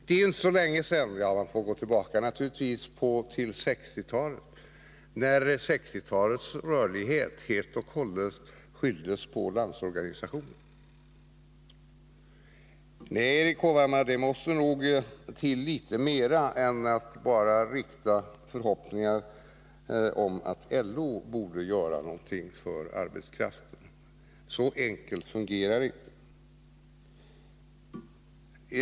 Men jag vill påminna om att man så sent som på 1960-talet skyllde arbetskraftens rörlighet helt och hållet på Landsorganisationen. Nej, Erik Hovhammar, det måste nog till litet mera än att bara hysa förhoppningar på att LO skall göra någonting i fråga om arbetskraften. Så enkelt fungerar det inte.